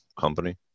company